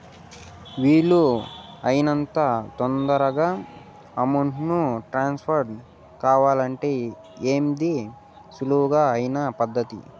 వీలు అయినంత తొందరగా అమౌంట్ ను ట్రాన్స్ఫర్ కావాలంటే ఏది సులువు అయిన పద్దతి